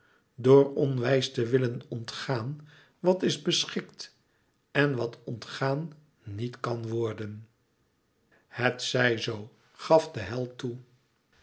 door onwijs te willen ontgaan wat is beschikt en wat ontgaan niet kan worden het zij zoo gaf de held toe